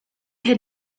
had